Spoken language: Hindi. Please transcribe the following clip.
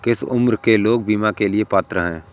किस उम्र के लोग बीमा के लिए पात्र हैं?